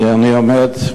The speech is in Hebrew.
כי אני עומד,